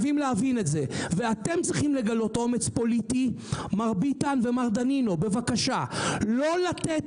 מר ביטן ומר דנינו, בבקשה: לא לתת